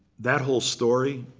that whole story